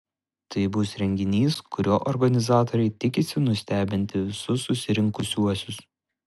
tai bus renginys kuriuo organizatoriai tikisi nustebinti visus susirinkusiuosius